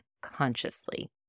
consciously